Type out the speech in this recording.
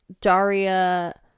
Daria